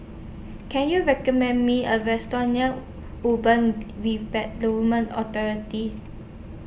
Can YOU recommend Me A Restaurant near Urban Redevelopment Authority